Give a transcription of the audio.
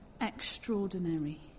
extraordinary